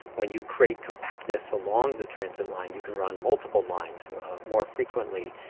when you create compactness along the transit line, you can run multiple lines more frequently,